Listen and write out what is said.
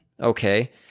Okay